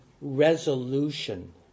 resolution